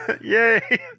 Yay